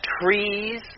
trees